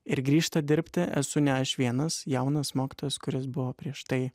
ir grįžta dirbti esu ne aš vienas jaunas mokytojas kuris buvo prieš tai